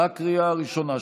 בקריאה ראשונה,